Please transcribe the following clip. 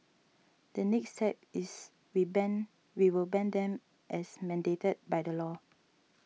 the next step is we ban we will ban them as mandated by the law